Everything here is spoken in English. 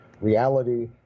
reality